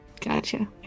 Gotcha